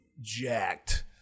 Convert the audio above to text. jacked